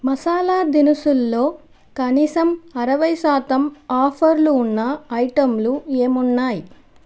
మసాలా దినుసుల్లో కనీసం అరవై శాతం ఆఫర్లు ఉన్న ఐటెంలు ఏమున్నాయ్